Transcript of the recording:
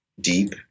deep